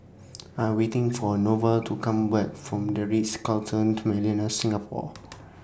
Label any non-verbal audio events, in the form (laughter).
I Am waiting For Norval to Come Back from The Ritz Carlton (unintelligible) Singapore (noise)